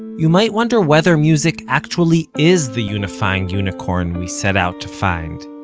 you might wonder whether music actually is the unifying unicorn we set out to find.